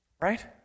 right